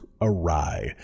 awry